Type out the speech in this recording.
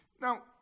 Now